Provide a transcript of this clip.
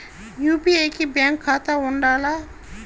UPI కి bank ఖాతా ఉండాల?